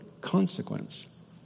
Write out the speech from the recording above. consequence